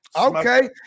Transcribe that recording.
Okay